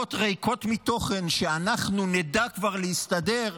הצהרות ריקות מתוכן, שאנחנו כבר נדע להסתדר,